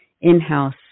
in-house